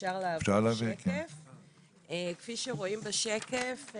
כפי שרואים בשקף,